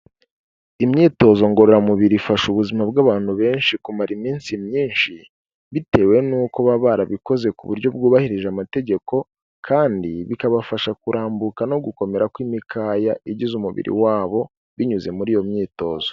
Imyitozo ngororamubiri ifasha ubuzima bw'abantu benshi kumara iminsi myinshi, bitewe n'iko baba barabikoze ku buryo bwubahirije amategeko, kandi bikabafasha kurambuka no gukomera kw'imikaya igize umubiri wabo binyuze muri iyo myitozo.